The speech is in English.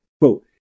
Quote